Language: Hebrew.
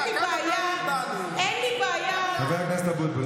אין לי בעיה חבר הכנסת אבוטבול,